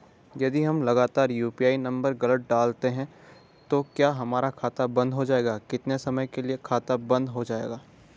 हम यदि लगातार यु.पी.आई नम्बर गलत डालते हैं तो क्या हमारा खाता बन्द हो जाएगा कितने समय के लिए खाता बन्द हो जाएगा?